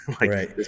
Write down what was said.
Right